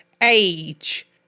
age